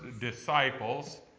disciples